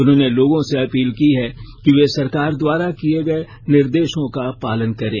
उन्होंने लोगों से ॅ अपील की है कि वे सरकार द्वारा किए गए निर्देशों का पालन करें